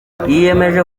yiyemeje